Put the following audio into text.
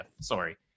Sorry